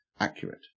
accurate